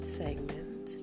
segment